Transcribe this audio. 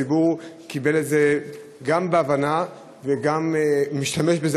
הציבור קיבל את זה גם בהבנה וגם משתמש בזה.